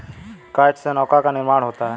काष्ठ से नौका का निर्माण होता है